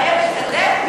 ראה וקדש.